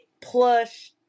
plush